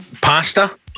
pasta